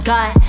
God